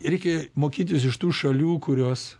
reikia mokytis iš tų šalių kurios